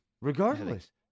Regardless